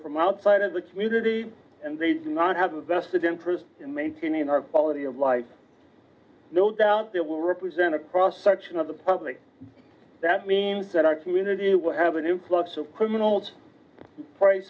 from outside of the community and they do not have a vested interest in maintaining our quality of life no doubt they will represent a cross section of the public that means that our community will have an influx of criminals